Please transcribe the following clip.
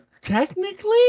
technically